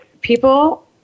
people